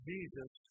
Jesus